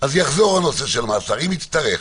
אז יחזור הנושא של מאסר, אם יצטרך,